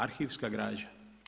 Arhivska građa.